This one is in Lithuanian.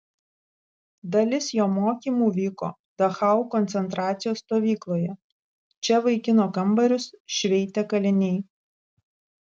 dalis jo mokymų vyko dachau koncentracijos stovykloje čia vaikino kambarius šveitė kaliniai